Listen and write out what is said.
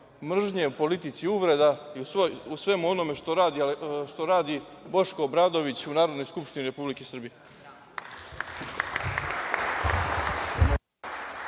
mržnje, o politici uvreda i o svemu onome što radi Boško Obradović u Narodnoj skupštini Republike Srbije.